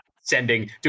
sending